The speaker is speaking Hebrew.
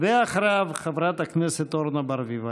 אחריו, חברת הכנסת אורנה ברביבאי.